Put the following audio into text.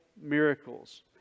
miracles